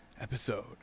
episode